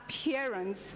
appearance